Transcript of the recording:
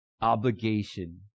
obligation